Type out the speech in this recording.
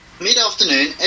Mid-afternoon